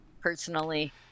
personally